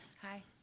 Hi